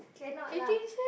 cannot lah